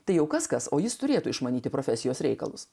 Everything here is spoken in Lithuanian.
tai jau kas kas o jis turėtų išmanyti profesijos reikalus